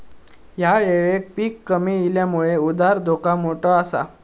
ह्या येळेक पीक कमी इल्यामुळे उधार धोका मोठो आसा